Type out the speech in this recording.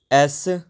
S